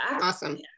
awesome